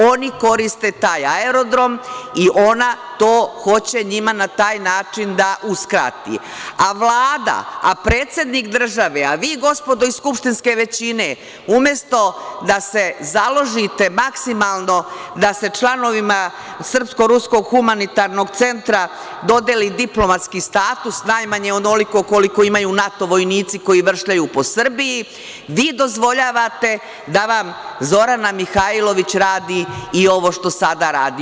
Oni koriste taj aerodrom i ona to hoće njima na taj način da uskrati, a Vlada, a predsednik države, a vi gospodo iz skupštinske većine, umesto da se založite maksimalno da se članovima Srpsko-ruskog humanitarnog centra dodeli diplomatski status, najmanje onoliko koliko imaju NATO vojnici, koji vršljaju po Srbiji, vi dozvoljavate da vam Zorana Mihajlović radi, i ovo što sada radi.